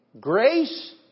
Grace